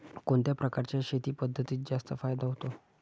कोणत्या प्रकारच्या शेती पद्धतीत जास्त फायदा होतो?